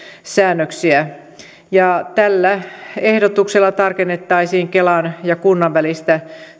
säännöksiä tällä ehdotuksella tarkennettaisiin kelan ja kunnan välistä